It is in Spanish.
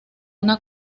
una